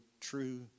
true